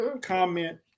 comment